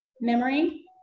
memory